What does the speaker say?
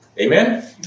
Amen